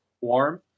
warm